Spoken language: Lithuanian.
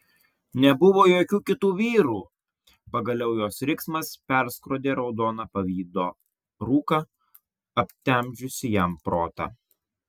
nebuvo jokių kitų vyrų pagaliau jos riksmas perskrodė raudoną pavydo rūką aptemdžiusį jam protą